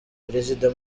perezida